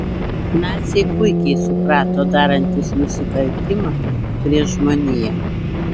naciai puikiai suprato darantys nusikaltimą prieš žmoniją